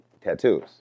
tattoos